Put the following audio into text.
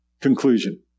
conclusion